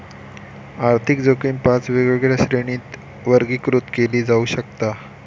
आर्थिक जोखीम पाच वेगवेगळ्या श्रेणींत वर्गीकृत केली जाऊ शकता